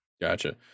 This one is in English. Gotcha